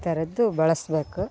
ಈ ಥರದ್ದು ಬಳಸಬೇಕು